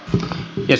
arvoisa puhemies